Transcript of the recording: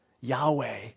Yahweh